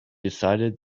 decided